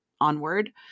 onward